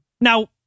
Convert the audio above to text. Now